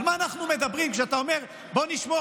על מה אנחנו מדברים כשאתה אומר: בוא נשמור